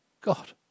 God